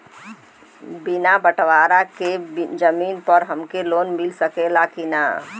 बिना बटवारा के जमीन पर हमके लोन मिल सकेला की ना?